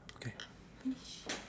okay